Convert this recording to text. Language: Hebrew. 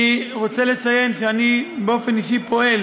אני רוצה לציין שאני באופן אישי פועל